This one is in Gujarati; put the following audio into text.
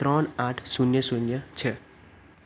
ત્રણ આઠ શૂન્ય શૂન્ય છે